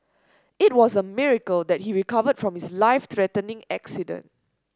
it was a miracle that he recovered from his life threatening accident